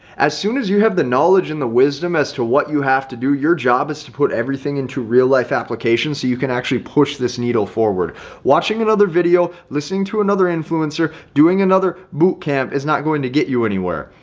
as soon as you have the knowledge and the wisdom as to what you have to do. your job is to put everything into real life application so you can actually push this needle forward watching another video listening to another influencer, doing another boot camp is not going to get you anywhere.